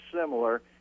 similar